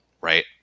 right